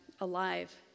alive